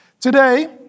Today